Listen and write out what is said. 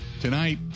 tonight